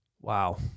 Wow